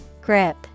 Grip